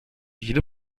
jede